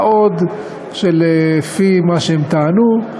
מה עוד שלפי מה שהם טענו,